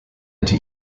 into